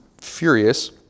furious